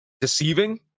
deceiving